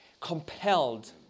compelled